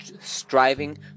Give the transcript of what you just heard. striving